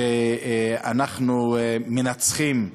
שאנחנו מנצחים,